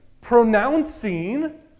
pronouncing